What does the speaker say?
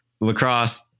lacrosse